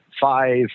five